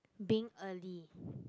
being early